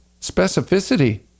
specificity